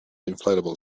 inflatable